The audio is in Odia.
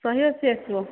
ଶହେ ଅଶି ଆସିବ